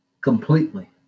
Completely